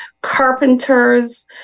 carpenters